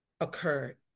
occurred